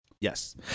Yes